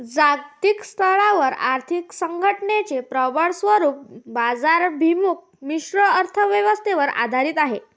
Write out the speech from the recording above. जागतिक स्तरावर आर्थिक संघटनेचे प्रबळ स्वरूप बाजाराभिमुख मिश्र अर्थ व्यवस्थेवर आधारित आहे